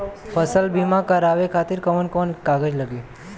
फसल बीमा करावे खातिर कवन कवन कागज लगी?